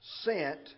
sent